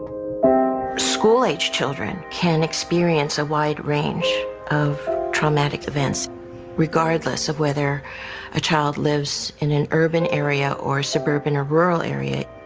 school-age children can experience a wide range of traumatic events regardless of whether a child lives in an urban area or a suburban or rural area.